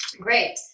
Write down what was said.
great